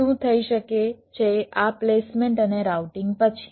શું થઈ શકે છે આ પ્લેસમેન્ટ અને રાઉટીંગ પછી